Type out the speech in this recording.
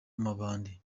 mabandi